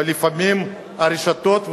ולפעמים הרשתות,